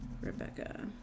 Rebecca